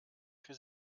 für